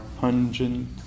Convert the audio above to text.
pungent